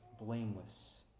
blameless